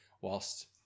whilst